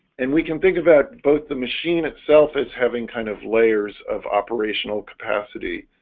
and we can think about both the machine itself as having kind of layers of operational capacity,